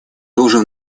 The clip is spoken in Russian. должен